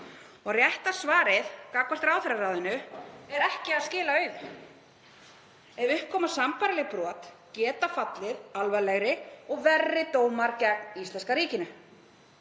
Rétta svarið gagnvart ráðherraráðinu er ekki að skila auðu. Ef upp koma sambærileg brot geta fallið alvarlegri og verri dómar gegn íslenska ríkinu.